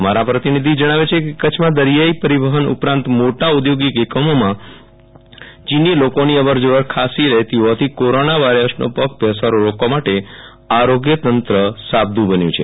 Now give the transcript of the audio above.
અમારા પ્રતિનિધિ જણાવે છે કે કચ્છમાં દરિયાઈ પરિવહન ઉપરાંત મોટા ઔદ્યોગિક એકમોમાં ચીની લોકોની અવર જવર ખાસ રહેતી હોવાથી કોરોના વાયરસનો પગપેસારો રોકવા માટે આરોગ્ય તંત્ર સાબદુ બન્યુ છે